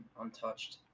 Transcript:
untouched